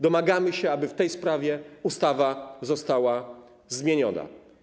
Domagamy się, aby w tej sprawie ustawa została zmieniona.